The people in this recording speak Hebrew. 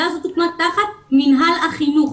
תחת מינהל החינוך.